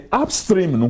upstream